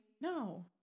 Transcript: No